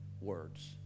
words